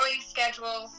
schedules